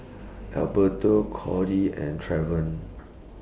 Alberto Cody and Trevon